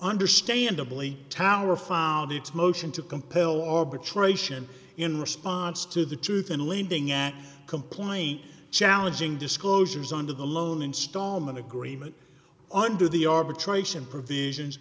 understandably tower filed its motion to compel arbitration in response to the truth in lending act complying challenging disclosures under the loan installment agreement under the arbitration provisions